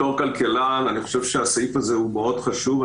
בתור כלכלן הסעיף, לדעתי, הסעיף הזה מאוד חשוב.